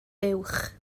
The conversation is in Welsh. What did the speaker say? buwch